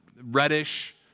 reddish